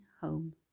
home